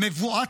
מבועת,